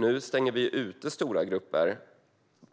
Nu stänger vi,